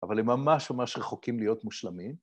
אבל הם ממש ממש רחוקים להיות מושלמים.